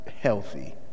healthy